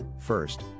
First